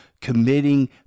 committing